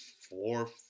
four